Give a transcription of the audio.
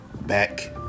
back